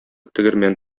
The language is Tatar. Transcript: тегермән